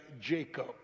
Jacob